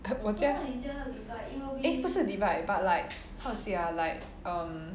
我家 eh 不是 divide but like how to say ah like um